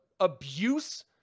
abuse